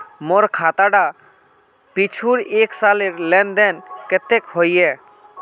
मोर खाता डात पिछुर एक सालेर लेन देन कतेक होइए?